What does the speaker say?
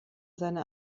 seine